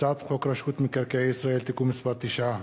הצעת חוק רשות מקרקעי ישראל (תיקון מס' 9),